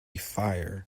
fire